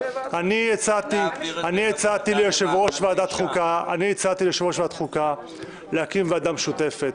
אני הצעתי ליושב-ראש ועדת החוקה להקים ועדה משותפת.